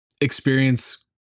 experience